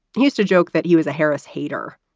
used to joke that he was a harris hater.